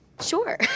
Sure